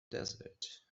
desert